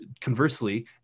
conversely